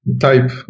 type